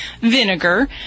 vinegar